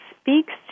speaks